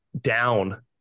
down